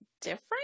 different